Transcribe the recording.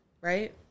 right